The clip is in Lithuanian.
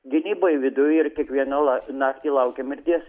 gynyboj viduj ir kiekvieną la naktį laukėm mirties